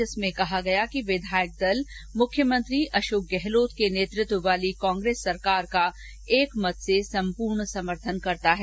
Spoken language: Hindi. जिसमें कहा गया कि विधायक दल मुख्यमंत्री अशोक गहलोत के नेतृत्व वाली कांग्रेस सरकार का एकमत से संपूर्ण समर्थन करता है